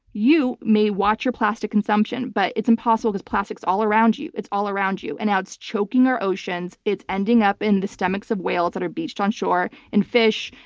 you may watch your plastic consumption but it's impossible because plastic's all around you. it's all around you and now it's choking our oceans, it's ending up in the stomachs of whales that are beached onshore. in fish,